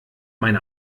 mein